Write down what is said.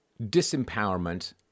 disempowerment